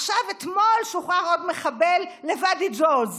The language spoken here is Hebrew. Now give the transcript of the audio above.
אתמול שוחרר עוד מחבל לוואדי ג'וז.